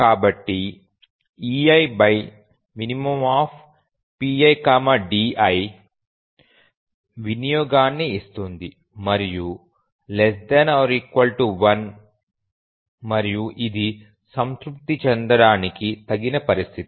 కాబట్టి eiminpidiవినియోగాన్ని ఇస్తుంది మరియు ≤ 1 మరియు ఇది సంతృప్తి చెందడానికి తగిన పరిస్థితి